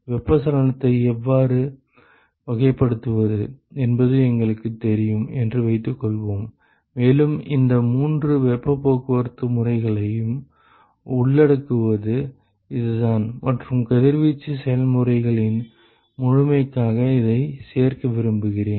வெப்பச்சலனத்தை எவ்வாறு வகைப்படுத்துவது என்பது எங்களுக்குத் தெரியும் என்று வைத்துக்கொள்வோம் மேலும் இந்த மூன்று வெப்பப் போக்குவரத்து முறைகளையும் உள்ளடக்குவது இதுதான் மற்றும் கதிர்வீச்சு செயல்முறைகளின் முழுமைக்காக இதைச் சேர்க்க விரும்புகிறேன்